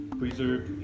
preserve